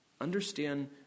Understand